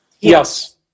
Yes